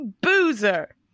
boozer